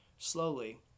Slowly